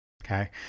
Okay